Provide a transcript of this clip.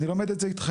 אני לומד את זה אתכם.